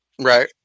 right